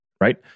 Right